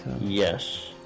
Yes